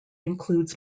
includes